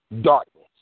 Darkness